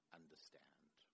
understand